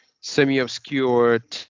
semi-obscured